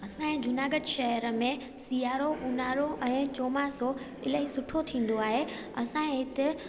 असांजे जूनागढ़ शहर में सिआरो ऊन्हारो ऐं चोमासो इलाही सुठो थींदो आहे असां हिते